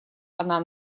она